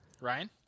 Ryan